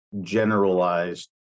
generalized